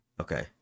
Okay